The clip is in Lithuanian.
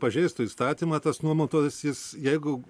pažeistų įstatymą tas nuomotojas jis jeigu